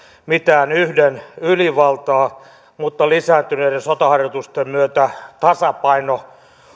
mitään yhden ylivaltaa mutta lisääntyneiden sotaharjoitusten myötä tasapaino